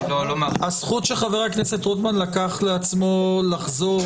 הזכות שחבר הכנסת רוטמן לקח לעצמו לחזור